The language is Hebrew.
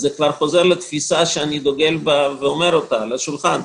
זה כבר חוזר לתפיסה שאני דוגל בה ואומר אותה על השולחן,